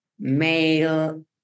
male